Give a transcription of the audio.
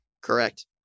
Correct